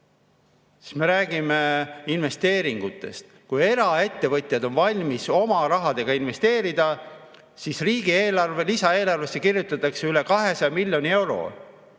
Me räägime investeeringutest. Kui eraettevõtjad on valmis oma rahaga investeerima, siis riigieelarve lisaeelarvesse kirjutatakse üle 200 miljoni euro